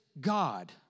God